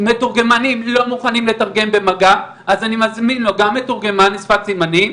אז אני מזמין לו גם מתורגמן לשפת סימנים,